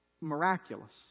miraculous